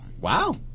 Wow